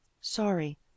sorry